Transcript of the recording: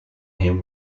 him